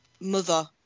mother